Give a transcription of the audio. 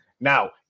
Now